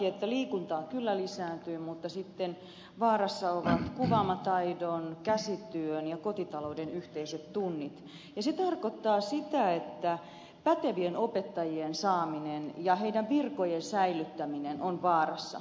todellakin liikunta kyllä lisääntyy mutta vaarassa ovat kuvaamataidon käsityön ja kotitalouden yhteiset tunnit ja se tarkoittaa sitä että pätevien opettajien saaminen ja heidän virkojensa säilyttäminen on vaarassa